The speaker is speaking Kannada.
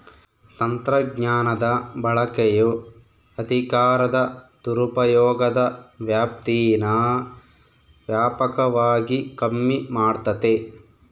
ತಂತ್ರಜ್ಞಾನದ ಬಳಕೆಯು ಅಧಿಕಾರದ ದುರುಪಯೋಗದ ವ್ಯಾಪ್ತೀನಾ ವ್ಯಾಪಕವಾಗಿ ಕಮ್ಮಿ ಮಾಡ್ತತೆ